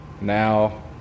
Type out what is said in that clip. Now